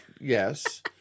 Yes